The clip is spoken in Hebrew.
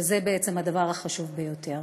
שזה בעצם הדבר החשוב ביותר.